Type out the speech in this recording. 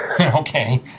Okay